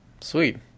Sweet